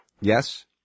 Yes